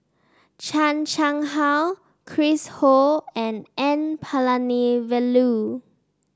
Chan Chang How Chris Ho and N Palanivelu